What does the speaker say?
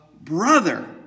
brother